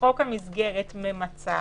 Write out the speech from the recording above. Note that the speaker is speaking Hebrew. בחוק המסגרת ממצה,